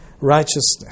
righteousness